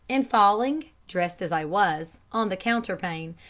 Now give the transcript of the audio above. and falling, dressed as i was, on the counterpane,